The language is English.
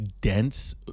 dense